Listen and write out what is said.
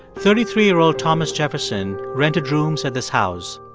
thirty three year old thomas jefferson rented rooms at this house.